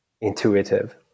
intuitive